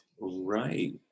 Right